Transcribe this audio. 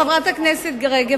חברת הכנסת רגב,